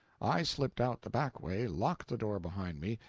i slipped out the back way, locked the door behind me,